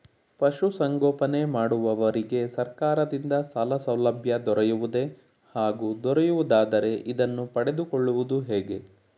ಪಶುಸಂಗೋಪನೆ ಮಾಡುವವರಿಗೆ ಸರ್ಕಾರದಿಂದ ಸಾಲಸೌಲಭ್ಯ ದೊರೆಯುವುದೇ ಹಾಗೂ ದೊರೆಯುವುದಾದರೆ ಇದನ್ನು ಪಡೆದುಕೊಳ್ಳುವುದು ಹೇಗೆ?